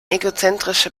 egozentrische